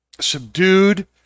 subdued